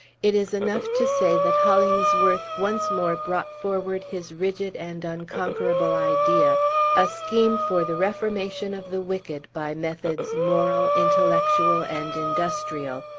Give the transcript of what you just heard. it is enough to say that hollingsworth once more brought forward his rigid and unconquerable idea a scheme for the reformation of the wicked by methods moral, intellectual, and industrial,